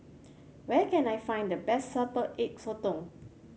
where can I find the best Salted Egg Sotong